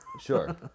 Sure